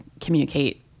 communicate